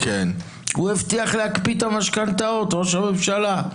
הוא הבטיח להקפיא את המשכנתאות, ראש הממשלה.